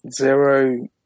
zero